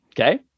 okay